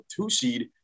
two-seed